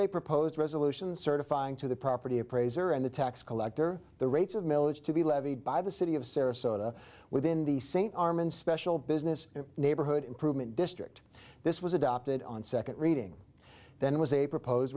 a proposed resolution certifying to the property appraiser and the tax collector the rates of milage to be levied by the city of sarasota within the same arman special business neighborhood improvement district this was adopted on second reading then was a propose